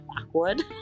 backward